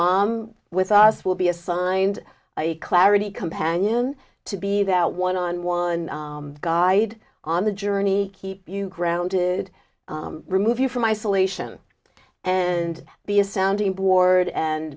mom with us will be assigned a clarity companion to be that one on one guide on the journey keep you grounded remove you from isolation and be a sounding board and